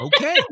Okay